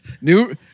New